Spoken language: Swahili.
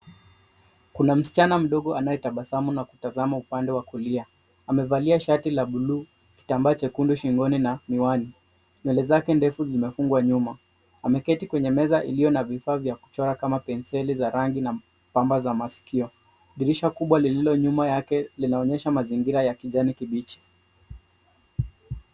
Kuna msichana mdogo anayetabasamu na kutazama upande wa kulia. Amevalia shati la buluu kitambaa chekundu shingoni na miwani. Nywele zake ndefu zimefungwa nyuma. Ameketi kwenye meza ilio na vifaa vya kuchora kama penseli za rangi na pamba za masikio. Dirisha kubwa lililo nyuma yake linaonyesha mazingira ya kijani kibichi.